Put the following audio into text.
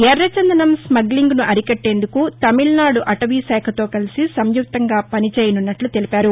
ఎర్రచందనం స్మగ్లింగ్ను అరికట్టేందుకు తమిళనాడు అటవీశాఖతో కలసి సంయుక్తంగా పనిచేయనున్నట్లు తెలిపారు